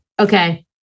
Okay